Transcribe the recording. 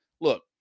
Look